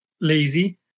lazy